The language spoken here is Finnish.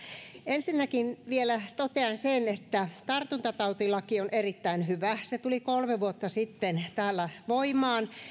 ensinnäkin vielä totean että tartuntatautilaki on erittäin hyvä se tuli kolme vuotta sitten täällä voimaan